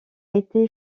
été